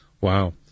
Wow